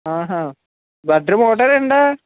ఆహ బెడ్రూమ్ ఒకటా రెండా